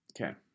Okay